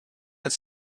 it’s